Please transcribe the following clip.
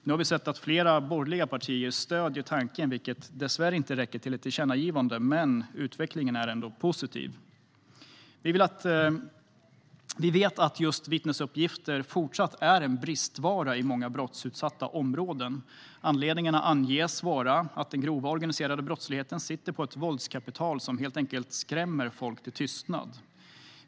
Nu har vi sett att flera borgerliga partier stöder tanken, vilket dessvärre inte räcker för ett tillkännagivande, men utvecklingen är ändå positiv. Vi vet att just vittnesuppgifter fortsatt är en bristvara i många brottsutsatta områden. Anledningarna anges vara att den grova organiserade brottsligheten sitter på ett våldskapital som helt enkelt skrämmer folk till tystnad.